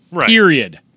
Period